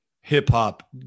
hip-hop